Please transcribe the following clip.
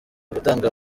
gutanga